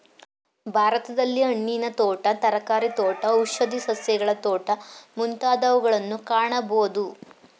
ಭಾರತದಲ್ಲಿ ಹಣ್ಣಿನ ತೋಟ, ತರಕಾರಿ ತೋಟ, ಔಷಧಿ ಸಸ್ಯಗಳ ತೋಟ ಮುಂತಾದವುಗಳನ್ನು ಕಾಣಬೋದು